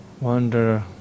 wonder